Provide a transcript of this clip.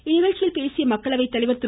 இந்நிகழ்ச்சியில் பேசிய மக்களவை தலைவர் திரு